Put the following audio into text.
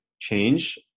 change